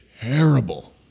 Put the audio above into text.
terrible